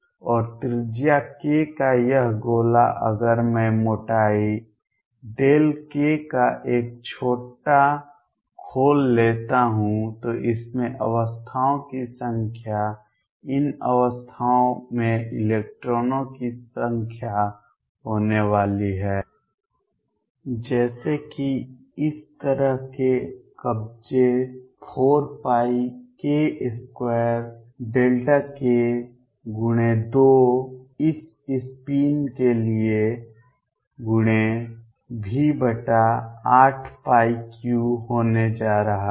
और त्रिज्या k का यह गोला अगर मैं मोटाई k का एक छोटा खोल लेता हूं तो इसमें अवस्थाओं की संख्या इन अवस्थाओं में इलेक्ट्रॉनों की संख्या होने वाली है जैसे कि इस तरह के कब्जे 4πk2Δk×2 इस स्पिन के लिए V83 होने जा रहे हैं